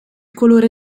colore